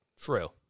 True